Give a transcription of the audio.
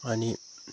अनि